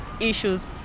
Issues